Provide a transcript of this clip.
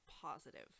positive